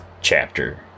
chapter